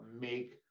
make